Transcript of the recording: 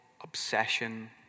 obsession